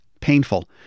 painful